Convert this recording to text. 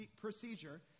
procedure